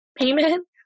payment